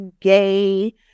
gay